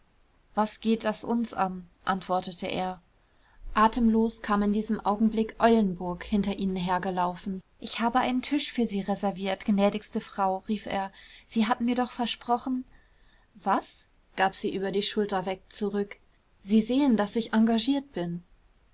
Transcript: was geht das uns an antwortete er atemlos kam in diesem augenblick eulenburg hinter ihnen hergelaufen ich habe einen tisch für sie reserviert gnädigste frau rief er sie hatten mir doch versprochen was gab sie über die schulter weg zurück sie sehen daß ich engagiert bin